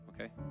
okay